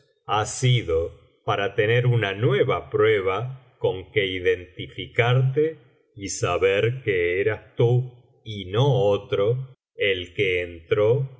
ha sido para tener una nueva prueba con que identificarte y saber que eras tú y no otro el que entró